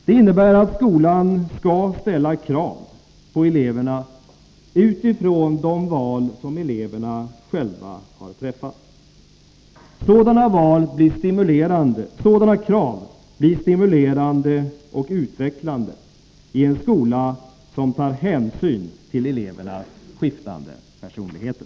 Det innebär att skolan skall ställa krav på eleverna utifrån de val som eleverna själva har träffat. Sådana krav blir stimulerande och utvecklande i en skola som tar hänsyn till elevernas skiftande personligheter.